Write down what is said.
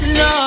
no